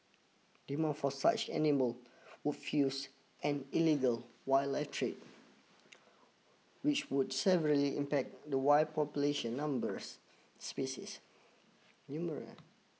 demand for such animal would fuse an illegal wildlife trade which would impact the wild population numbers species